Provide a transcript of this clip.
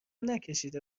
نکشیده